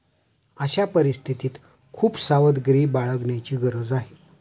अशा परिस्थितीत खूप सावधगिरी बाळगण्याची गरज आहे